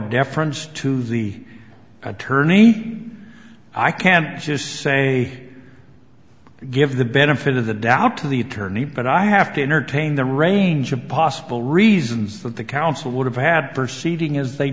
deference to the attorney i can't just say give the benefit of the doubt to the attorney but i have to entertain the range of possible reasons that the counsel would have had perceiving as they